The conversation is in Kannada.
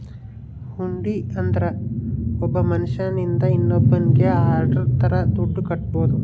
ಹುಂಡಿ ಅಂದ್ರ ಒಬ್ಬ ಮನ್ಶ್ಯನಿಂದ ಇನ್ನೋನ್ನಿಗೆ ಆರ್ಡರ್ ತರ ದುಡ್ಡು ಕಟ್ಟೋದು